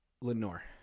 Lenore